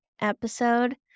episode